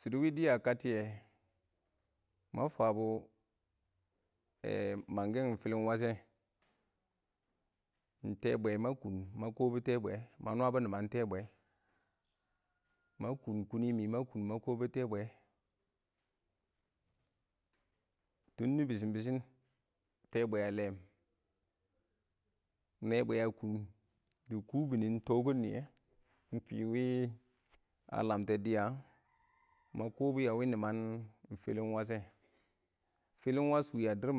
Shɪdɔ wɪ dɪya a ka tɪyɛ ma fabɔ eh mang kɪn fɪlɪn wash kɛ, ɪng ʈɛɛbwɛ ma kʊn ma kɔ bʊ tɛɛ bwɛɛ, ma nwabɔ nɪman tɛɛbwɛ, ma kʊn kʊnɪ mɪ, ma kɔbʊ tɛɛ bwe tuni nɪ bɪshɪn-bɪ-shɪn tɛɛbwɛ a ɭɛɛm, nɛɛ bwɛ a kʊn dɪ kubinin tɔkɪn nɪyɛ, ɪng fɪ wɪ a lamtɛ dɪya ma kɔbʊ a wɪ nɪman fɪlɪn wash kɛ, fɪlɪn wash ɪng wa dɪrr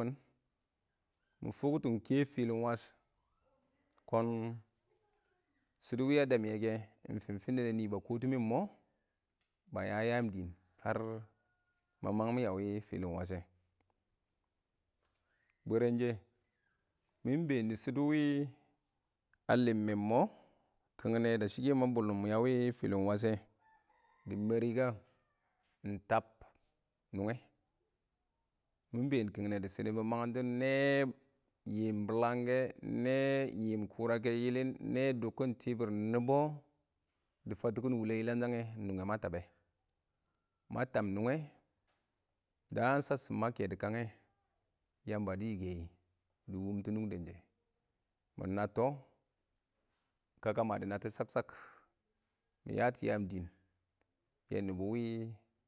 mɪ fʊktɔ ɪng kɛ fɪlɪn wash, kɔn shɪdɔ wɪ a damyɛ kɛ, fɪmfɪnɪ nɛ, nɪ ba kɔ tɪ mɪ ɪng mɔ ma ya yaam dɪɪn har ma mangɪm mang a wɪ fɪlɪ wash kɛ, bwərɛn shɛ, mɪ been shɪdɔ a lɪmmɛ mɔ kɪngnɛ dashi ma bʊnʊm a wɪ fɪlɪn wash kɛ, dɪn mɛrɪ ka, dɪ ɪng tab a wɪ nʊngɛ. mɪ been kɪngnɛ dɪ shɪdɔ mɪ mangtɔ nɛɛ yɪɪm bɪlang kɛ, nɛɛ yɪɪm kʊrakɛ yɪlɪn, nɛɛ dʊbkɪn tɪbɪr nɪbɔ dɪ fatʊrkɪn wulə yɪlangshang ɪng nʊngɛ ma tabbɛ. Ma tab nʊngɛ daan shasshɪm ma kɛ dɪ kangɛ Yamba dɪ yikə yɪ, dɪ wɔɔm tʊ nungdən shɛ, mɪ nattɔ kaka ma dɪ nattɔ shak-shak mɪ yatʊ yaam dɪɪn yɛ nɪbɔ wɪ.